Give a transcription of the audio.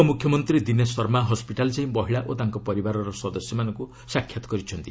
ଉପମ୍ରଖ୍ୟମନ୍ତ୍ରୀ Dinesh Sharma hospital ଯାଇ ମହିଳା ଓ ତାଙ୍କ ପରିବାରର ସଦସ୍ୟମାନଙ୍କ ସାକ୍ଷାତ କରିଛନ୍ତି